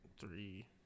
Three